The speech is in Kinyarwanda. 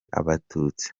abatutsi